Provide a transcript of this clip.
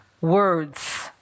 words